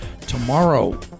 tomorrow